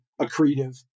accretive